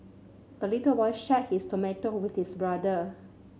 the little boy shared his tomato with his brother